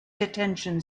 detention